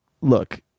Look